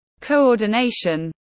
coordination